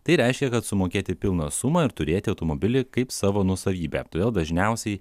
tai reiškia kad sumokėti pilną sumą ir turėti automobilį kaip savo nuosavybę todėl dažniausiai